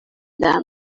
them